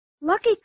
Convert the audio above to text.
Lucky